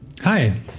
Hi